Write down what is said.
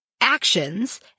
actions